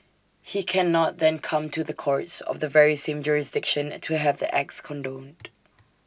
he cannot then come to the courts of the very same jurisdiction to have the acts condoned